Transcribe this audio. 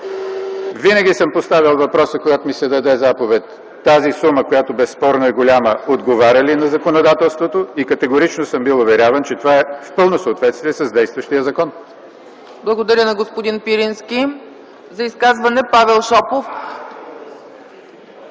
Винаги съм поставял въпроса, когато ми се даде заповед: тази сума, която безспорно е голяма, отговаря ли на законодателството? Категорично съм бил уверяван, че това е в пълно съответствие с действащия закон. ПРЕДСЕДАТЕЛ ЦЕЦКА ЦАЧЕВА: Благодаря на господин Пирински. За изказване – Павел Шопов.